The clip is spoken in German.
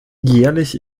jährlich